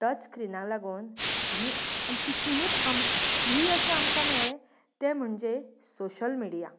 touch स्क्रिनाक लागून आमी आन तितुनूत आम फ्री अशें आमका मेळ्ळें ते म्हणजे सोशल मिडया